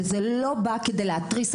וזה לא בא כדי להתריס.